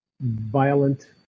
violent